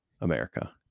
America